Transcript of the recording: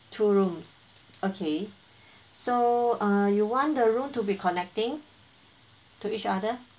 two rooms okay so uh you want the room to be connecting to each other